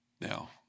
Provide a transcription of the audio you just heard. Now